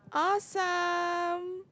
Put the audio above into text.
awesome